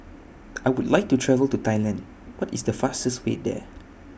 I Would like to travel to Thailand What IS The fastest Way There